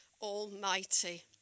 Almighty